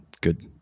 Good